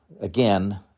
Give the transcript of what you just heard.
Again